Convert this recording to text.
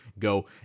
go